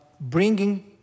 bringing